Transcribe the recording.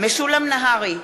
משולם נהרי,